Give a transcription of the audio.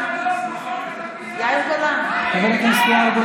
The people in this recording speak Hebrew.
חברי הכנסת,